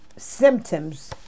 Symptoms